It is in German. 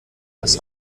als